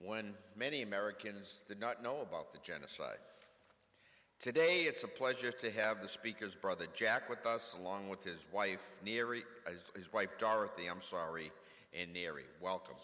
when many americans did not know about the genocide today it's a pleasure to have the speaker's brother jack with us along with his wife neary his wife dorothy i'm sorry and mary welcome